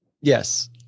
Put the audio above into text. Yes